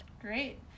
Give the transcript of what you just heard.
Great